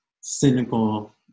cynical